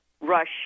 rush